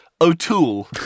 o'toole